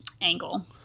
angle